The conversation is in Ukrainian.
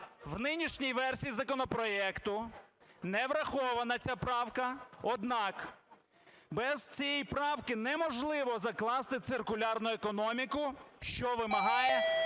в нинішній версії законопроекту не врахована ця правка, однак без цієї правки неможливо закласти циркулярну економіку, що вимагає